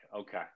okay